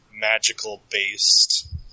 magical-based